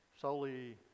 Solely